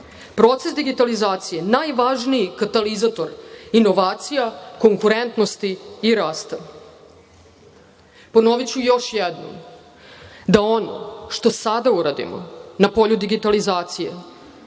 Proces digitalizacije je najvažniji katalizator inovacija, komponentnosti i rasta. Ponoviću još jednom da ono što sada uradimo na polju digitalizacije